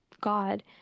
God